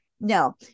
No